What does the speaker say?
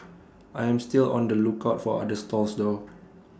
I am still on the lookout for other stalls though